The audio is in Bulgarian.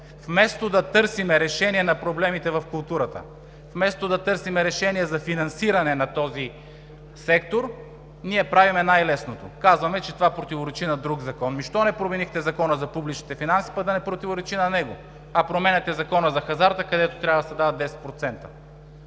Вместо да търсим решение на проблемите в културата, вместо да търсим решение за финансиране на този сектор, ние правим най-лесното – казваме, че това противоречи на друг закон. Ами защо не променихте Закона за публичните финанси, за да се противоречи на него, а променяте Закона за хазарта, където трябва да се дават 10%?